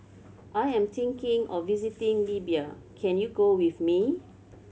I am thinking of visiting Libya can you go with me